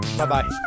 Bye-bye